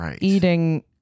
eating